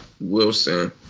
Wilson